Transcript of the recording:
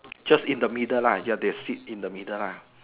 just in the middle lah ya they sit in the middle lah